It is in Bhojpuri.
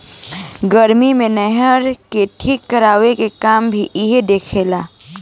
गर्मी मे नहर के ठीक करवाए के काम भी इहे देखे ला